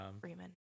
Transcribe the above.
freeman